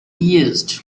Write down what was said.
used